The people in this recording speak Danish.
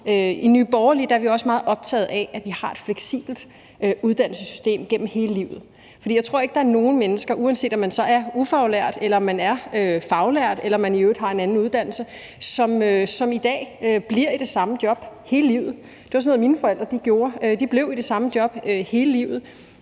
I Nye Borgerlige er vi også meget optaget af, at vi har et fleksibelt uddannelsessystem gennem hele livet, for jeg tror ikke, der er nogen mennesker, uanset om man så er ufaglært eller man er faglært eller man i øvrigt har en anden uddannelse, som i dag bliver i det samme job hele livet. Det var sådan noget, mine forældre gjorde, de blev i det samme job hele livet,